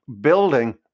building